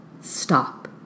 Stop